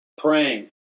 praying